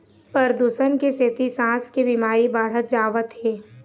परदूसन के सेती सांस के बिमारी बाढ़त जावत हे